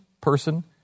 person